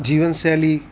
જીવનશૈલી